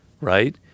right